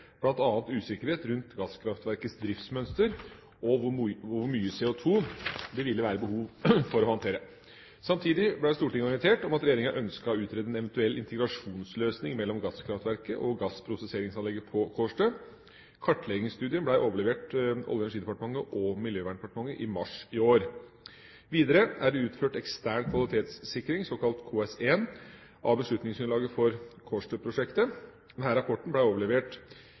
usikkerhet rundt gasskraftverkets driftsmønster og hvor mye CO2 det ville være behov for å håndtere. Samtidig ble Stortinget orientert om at regjeringa ønsket å utrede en eventuell integrasjonsløsning mellom gasskraftverket og gassprosesseringsanlegget på Kårstø. Kartleggingsstudien ble overlevert Olje- og energidepartementet og Miljøverndepartementet i mars i år. Videre er det utført ekstern kvalitetssikring, såkalt KS1, av beslutningsgrunnlaget for Kårstø-prosjektet. Denne rapporten ble overlevert